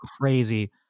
crazy